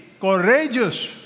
courageous